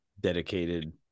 dedicated